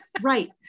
right